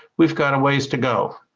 we've got a ways to go.